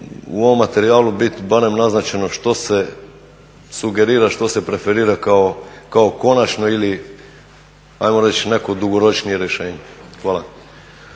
u ovom materijalu biti barem naznačeno što se sugerira, što se preferira kao konačno ili ajmo reći neko dugoročnije rješenje. Hvala.